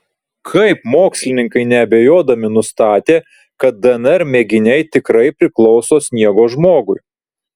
kaip mokslininkai neabejodami nustatė kad dnr mėginiai tikrai priklauso sniego žmogui